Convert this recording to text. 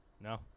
No